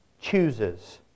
chooses